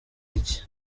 iki